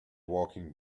walking